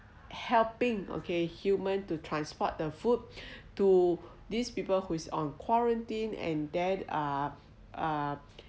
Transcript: helping okay humans to transport the food to these people who are on quarantine and that uh uh